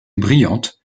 brillante